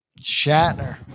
Shatner